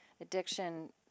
addiction